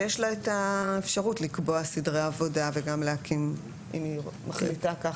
ויש לה את האפשרות לקבוע סדרי עבודה וגם להקים אם היא מחליטה כך,